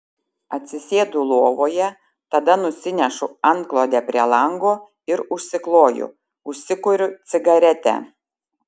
atsisėdu lovoje tada nusinešu antklodę prie lango ir užsikloju užsikuriu cigaretę